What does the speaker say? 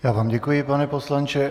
Já vám děkuji, pane poslanče.